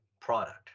product